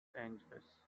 angeles